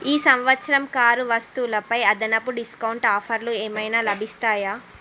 ఈ సంవత్సరం కారు వస్తువులపై అదనపు డిస్కౌంట్ ఆఫర్లు ఏమైనా లభిస్తాయా